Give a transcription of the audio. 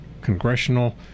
congressional